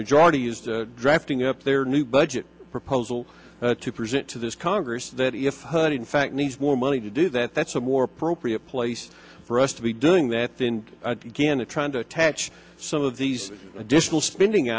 majority used drafting up their new budget proposal to present to this congress that if her in fact needs more money to do that that's a more appropriate place for us to be doing that than good trying to attach some of these additional spending